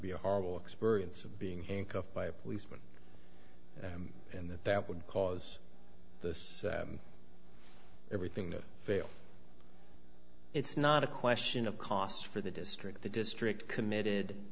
be a horrible experience of being handcuffed by a policeman and that that would cause this everything that fail it's not a question of cost for the district the district committed